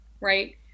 right